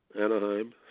Anaheim